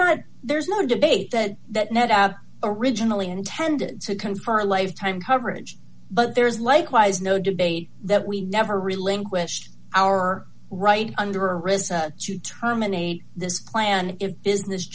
not there's no debate that that net out originally intended for a life time coverage but there is likewise no debate that we never relinquished our right under risk to terminate this plan of business